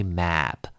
map